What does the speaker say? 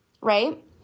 right